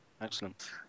Excellent